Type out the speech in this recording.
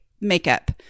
makeup